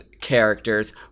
characters